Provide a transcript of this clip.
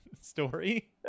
story